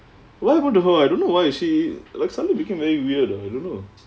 what happened to her I don't know why is she like suddenly became very weird ah I don't know